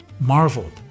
marveled